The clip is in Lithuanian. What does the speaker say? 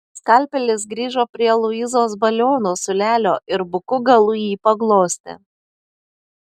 skalpelis grįžo prie luizos baliono siūlelio ir buku galu jį paglostė